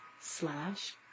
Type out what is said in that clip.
slash